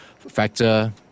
factor